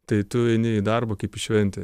tai tu eini į darbą kaip į šventę